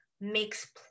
makes